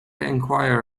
enquire